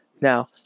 Now